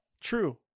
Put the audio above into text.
True